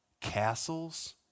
castles